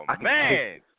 man